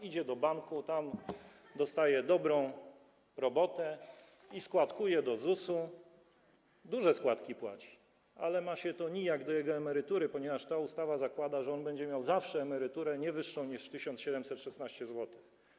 Idzie do banku, tam dostaje dobrą robotę i składkuje do ZUS-u, płaci duże składki, ale ma się to nijak do jego emerytury, ponieważ ta ustawa zakłada, że on będzie miał zawsze emeryturę nie wyższą niż 1716 zł.